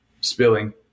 spilling